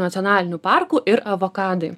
nacionalinių parkų ir avokadai